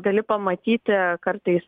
gali pamatyti kartais